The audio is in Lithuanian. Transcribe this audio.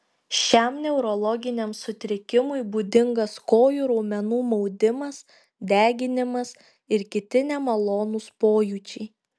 šiam neurologiniam sutrikimui būdingas kojų raumenų maudimas deginimas ir kiti nemalonūs pojūčiai